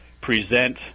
present